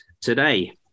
Today